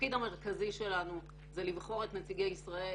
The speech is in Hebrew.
התפקיד המרכזי שלנו זה לבחור את נציגי ישראל,